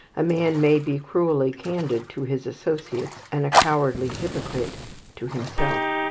a man may be cruelly candid to his associates, and a cowardly hypocrite to himself.